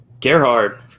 Gerhard